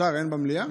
אין שר במליאה?